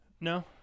No